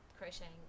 crocheting